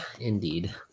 indeed